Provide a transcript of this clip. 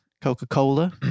Coca-Cola